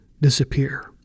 disappear